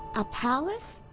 a palace?